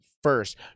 First